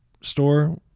store